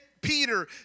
Peter